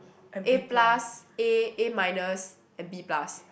A plus A A minus and B plus